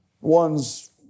one's